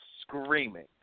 screaming